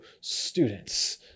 students